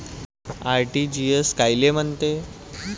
RTGS कायले म्हनते?